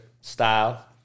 style